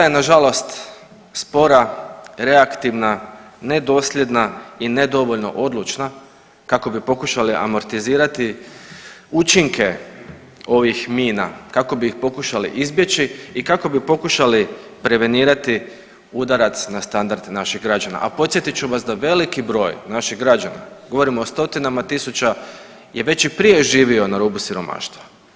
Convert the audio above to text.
Vlada je nažalost spora, reaktivna, nedosljedna i nedovoljno odlučna kako bi pokušali amortizirati učinke ovih mina, kako bi ih pokušali izbjeći i kako bi pokušali prevenirati udarac na standard naših građana, a podsjetit ću vas da veliki broj naših građana, govorimo o stotinama tisuća je već i prije živio na rubu siromaštva.